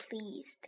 pleased